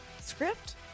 Script